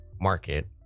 market